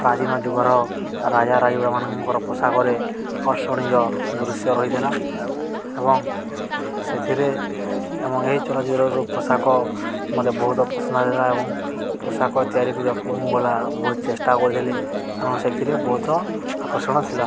ପ୍ରାଚୀନ ଯୁଗର ରାଜା ରାଜୁଡ଼ାମାନଙ୍କର ପୋଷାକରେ ଆକର୍ଷଣୀୟ ଦୃଶ୍ୟ ରହିଥିଲା ଏବଂ ସେଥିରେ ଏବଂ ଏହି ଚଳଚ୍ଚିତ୍ରର ପୋଷାକ ମୋତେ ବହୁତ ପସନ୍ଦ ହେଇଥିଲା ଏବଂ ପୋଷାକ ତିଆରି କରିବାକୁ ମୁଁ ଗଲା ବହୁତ ଚେଷ୍ଟା କରିଥିଲି କାରଣ ସେଥିରେ ବହୁତ ଆକର୍ଷଣ ଥିଲା